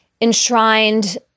enshrined